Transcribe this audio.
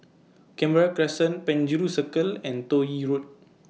Canberra Crescent Penjuru Circle and Toh Yi Road